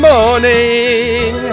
Morning